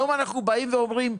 היום אנחנו באים ואומרים,